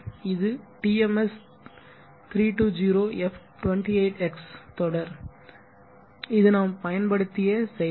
இது TMS320f28x தொடர் இது நாம் பயன்படுத்திய செயலி